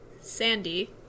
Sandy